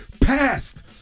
passed